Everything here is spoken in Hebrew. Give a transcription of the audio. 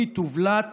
היא תובלט